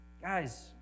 Guys